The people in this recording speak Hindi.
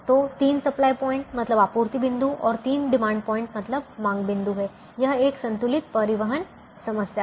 तो तीन सप्लाई पॉइंट मतलब आपूर्ति बिंदु और तीन डिमांड पॉइंट मतलब मांग बिंदु हैं यह एक संतुलित परिवहन समस्या है